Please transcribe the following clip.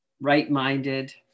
right-minded